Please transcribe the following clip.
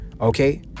okay